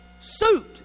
suit